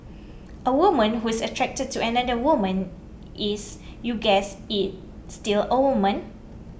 a woman who is attracted to another woman is you guessed it still a woman